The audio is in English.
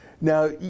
Now